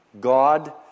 God